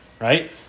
Right